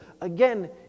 again